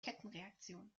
kettenreaktion